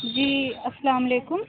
جی السّلام علیکم